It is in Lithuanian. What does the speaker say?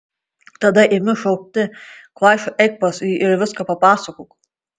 tada imi šaukti kvaiša eik pas jį ir viską papasakok